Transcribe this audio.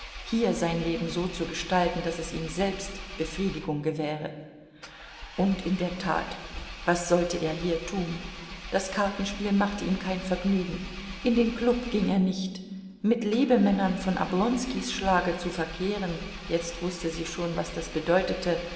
hier sein leben so zu gestalten daß es ihm selbst befriedigung gewähre und in der tat was sollte er hier tun das kartenspiel machte ihm kein vergnügen in den klub ging er nicht mit lebemännern von oblonskis schlage zu verkehren jetzt wußte sie schon was das bedeutete